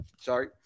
Sorry